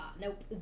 Nope